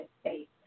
States